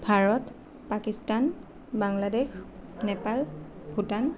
Bharat Pakistan Bangladesh Nepal Bhutan